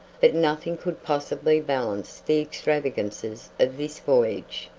but nothing could possibly balance the extravagances of this voyage.